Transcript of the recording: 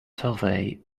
survey